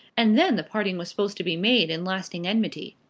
and then the parting was supposed to be made in lasting enmity.